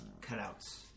cutouts